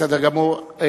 בסדר גמור.